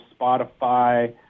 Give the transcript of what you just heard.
Spotify